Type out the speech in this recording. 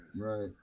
Right